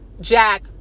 Jack